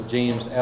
James